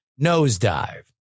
nosedive